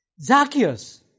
Zacchaeus